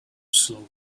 slowly